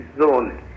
Zone